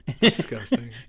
disgusting